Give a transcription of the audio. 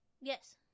Yes